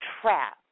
trap